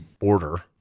order